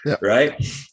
right